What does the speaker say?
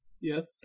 yes